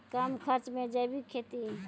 कम खर्च मे जैविक खेती?